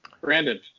Brandon